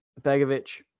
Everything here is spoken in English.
Begovic